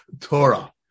Torah